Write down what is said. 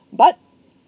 but